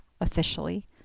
officially